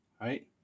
right